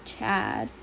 Chad